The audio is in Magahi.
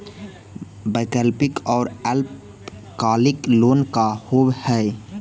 वैकल्पिक और अल्पकालिक लोन का होव हइ?